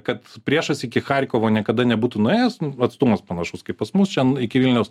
kad priešas iki charkovo niekada nebūtų nuėjęs atstumas panašus kaip pas mus čion iki vilniaus